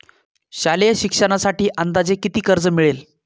शालेय शिक्षणासाठी अंदाजे किती कर्ज मिळेल?